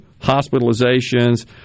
hospitalizations